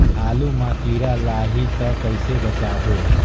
आलू मां कीड़ा लाही ता कइसे बचाबो?